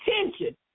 attention